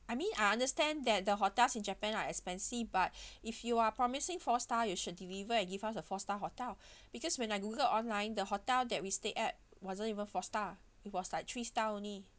I mean I understand that the hotels in japan are expensive but if you are promising four star you should deliver and give us the four star hotel because when I google online the hotel that we stay at wasn't even four star it was like three star only